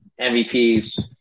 MVPs